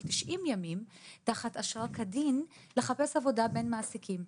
90 ימים תחת אשרה כדין ולחפש עבודה בין מעסיקים.